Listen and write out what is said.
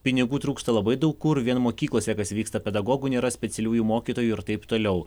pinigų trūksta labai daug kur vien mokyklose kas vyksta pedagogų nėra specialiųjų mokytojų ir taip toliau